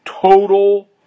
Total